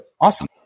Awesome